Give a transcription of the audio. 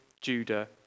Judah